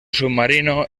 submarino